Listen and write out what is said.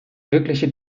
wirkliche